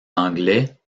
anglais